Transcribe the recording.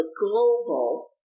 global